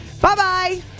Bye-bye